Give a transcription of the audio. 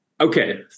Okay